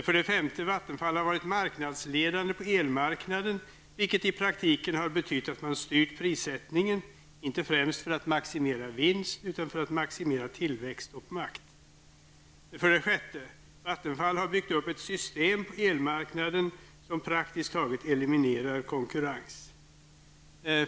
För det femte har Vattenfall varit marknadsledande på elmarknaden vilket i praktiken betytt att man styrt prissättning, inte främst för att maximera vinst utan för att maximera tillväxt och makt. För det sjätte har Vattenfall byggt upp ett system på elmarknaden som praktiskt taget eliminerar konkurrens.